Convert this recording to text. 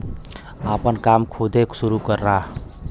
आपन काम खुदे सुरू करा